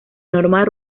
normal